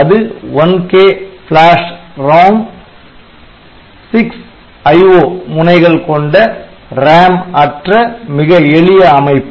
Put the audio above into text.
அது 1K flash ROM 6 IO முனைகள் கொண்ட RAM அற்ற மிக எளிய அமைப்பு